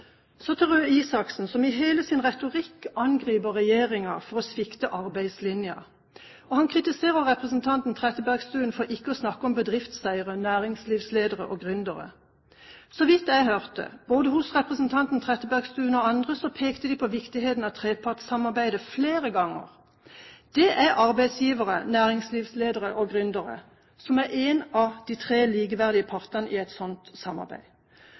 Så til Røe Isaksen, som i hele sin retorikk angriper regjeringen for å svikte arbeidslinja, og han kritiserer representanten Trettebergstuen for ikke å snakke om bedriftseiere, næringslivsledere og gründere. Så vidt jeg hørte både fra representanten Trettebergstuen og andre, pekte de på viktigheten av trepartssamarbeidet flere ganger. Det er arbeidsgivere, næringslivsledere og gründere som er en av de tre likeverdige partene i et sånt samarbeid.